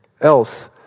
else